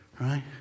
right